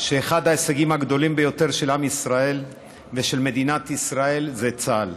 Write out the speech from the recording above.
שאחד ההישגים הגדולים ביותר של עם ישראל ושל מדינת ישראל זה צה"ל.